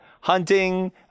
hunting